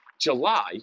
July